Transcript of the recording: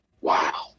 Wow